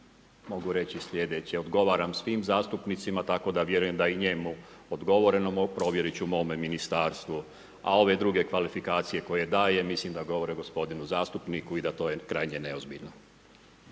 mogu reći sljedeće. Odgovaram svim zastupnicima, tako da vjerujem da je i njemu odgovoreno. Provjerit ću u mome ministarstvu. A ove druge kvalifikacije koje daje, mislim da govore o gospodinu zastupniku i da to je krajnje neozbiljno.